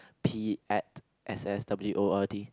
p_a_s_s_w_o_r_d